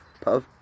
Puff